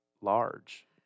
large